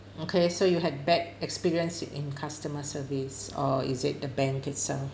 okay so you had bad experience in customer service or is it the bank itself